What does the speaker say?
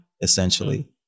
essentially